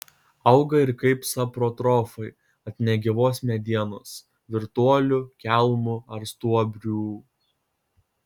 auga ir kaip saprotrofai ant negyvos medienos virtuolių kelmų ar stuobrių